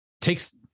takes